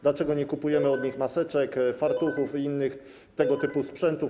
Dlaczego nie kupujemy od nich maseczek, fartuchów i innych tego typu sprzętów?